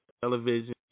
television